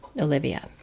Olivia